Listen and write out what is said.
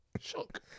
Shock